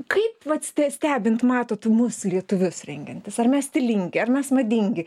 kaip vat ste stebint matot mus lietuvius rengiantis ar mes stilingi ar mes madingi